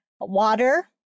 water